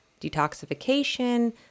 detoxification